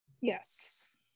Yes